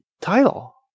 title